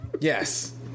Yes